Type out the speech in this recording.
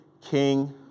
king